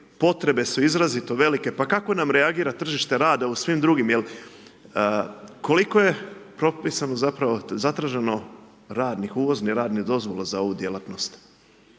potrebe su izrazito velike, pa kako nam reagira tržište rada u svim drugim, jel koliko je propisano zapravo zatraženo radnih uvoznih radnih dozvola za ovu djelatnost,